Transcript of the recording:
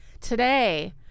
Today